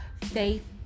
faith